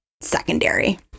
secondary